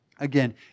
Again